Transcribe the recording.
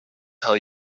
tell